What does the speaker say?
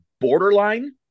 borderline